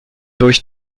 durch